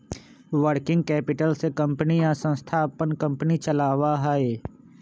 working capital से company या संस्था अपन कंपनी चलावा हई